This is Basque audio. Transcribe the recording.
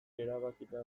erabakita